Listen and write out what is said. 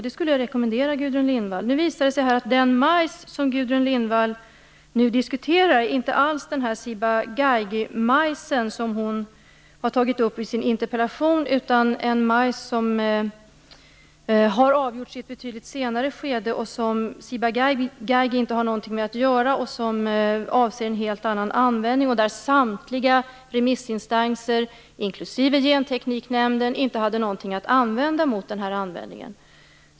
Det skulle jag rekommendera Gudrun Nu visar det sig att den majs som Gudrun Lindvall nu diskuterar inte alls är den Ciba-Geigy-majs som hon har tagit upp i sin interpellation utan en majs som har varit föremål för avgörande i ett betydligt senare skede och som Ciba-Geigy inte har någonting med att göra. Den avser en helt annan användning. Där hade samtliga remissinstanser, inklusive Gentekniknämnden, inte hade någonting att invända mot den här användningen.